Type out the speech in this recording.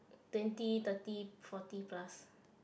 twenty thirty forty plus